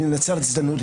אם ננצל את ההזדמנות,